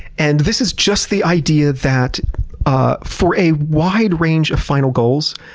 and, this is just the idea that ah for a wide range of final goals,